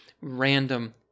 random